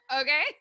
Okay